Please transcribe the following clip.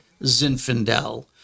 Zinfandel